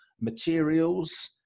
materials